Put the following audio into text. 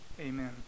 amen